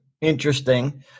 interesting